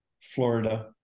Florida